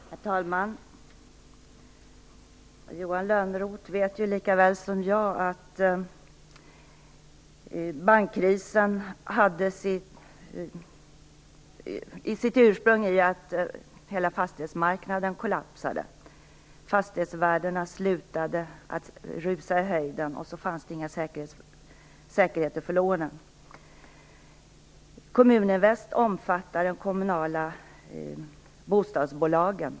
Herr talman! Johan Lönnroth vet lika väl som jag att bankkrisen hade sitt ursprung i att hela fastighetsmarknaden kollapsade. Fastighetsvärdena slutade att rusa i höjden, och så fanns det inga säkerheter för lånen. Kommuninvest omfattar de kommunala bostadsbolagen.